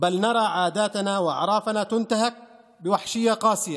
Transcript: אם למצב הזה הגענו, מה יהיה אחר כך?